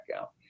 out